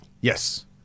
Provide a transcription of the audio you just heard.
Yes